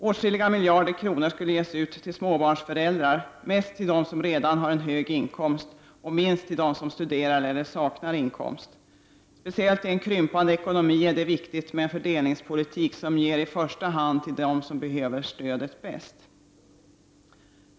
Åtskilliga miljarder kronor skulle ges ut till småbarnsföräldrar, mest till dem som redan har en hög inkomst och minst till dem som studerar eller som saknar inkomst. Speciellt i en krympande ekonomi är det viktigt med en fördelningspolitik som i första hand ger till dem som bäst behöver stödet.